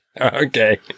Okay